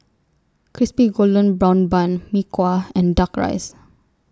Crispy Golden Brown Bun Mee Kuah and Duck Rice